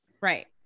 right